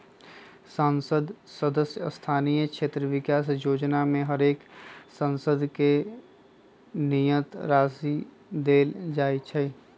संसद सदस्य स्थानीय क्षेत्र विकास जोजना में हरेक सांसद के नियत राशि देल जाइ छइ